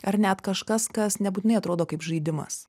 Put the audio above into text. ar net kažkas kas nebūtinai atrodo kaip žaidimas